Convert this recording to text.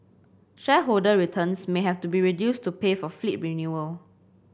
shareholder returns may have to be reduced to pay for fleet renewal